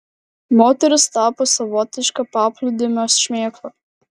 moteris tapo savotiška paplūdimio šmėkla